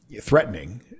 threatening